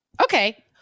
Okay